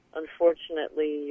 unfortunately